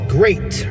great